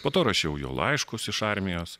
po to rašiau juo laiškus iš armijos